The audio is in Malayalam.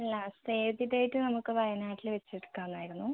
അല്ല സേവ് ദി ഡേറ്റ് നമുക്ക് വയനാട്ടിൽ വെച്ച് എടുക്കാമെന്ന് ആയിരുന്നു